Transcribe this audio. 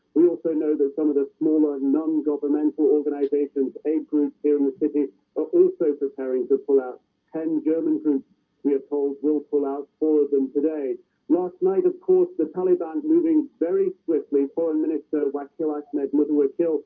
we also know that some of the smaller and non-governmental organizations aprons here in the city ah also preparing to pull out ten german prince leopold will pull out for them today last night, of course the taliban moving very swiftly foreign minister wacky lactmed wouldn't work. he'll